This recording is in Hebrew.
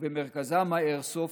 ובמרכזם האיירסופט,